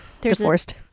divorced